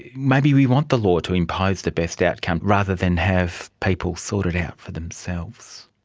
maybe we want the law to impose the best outcome rather than have people sort it out for themselves.